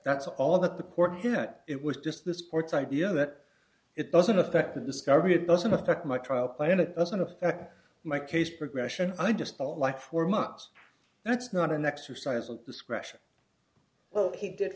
that's all that the court that it was just the sports idea that it doesn't affect the discovery it doesn't affect my trial plan it doesn't affect my case progression i just felt like for months that's not an exercise of discretion well he did